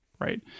Right